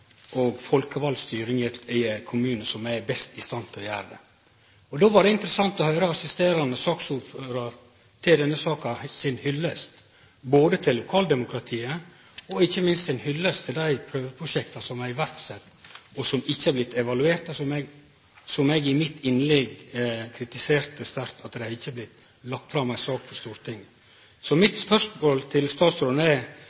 og folkevald styring i ein kommune som er best i stand til å gjere det. Då var det interessant å høyre hyllesten frå assisterande saksordførar for denne saka både til lokaldemokratiet og, ikkje minst, til dei prøveprosjekta som er sette i verk, og som ikkje er blitt evaluerte, og som eg i mitt innlegg kritiserte sterkt ikkje er blitt lagde fram i ei sak for Stortinget. Så mitt spørsmål til statsråden er: